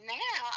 now